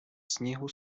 снігу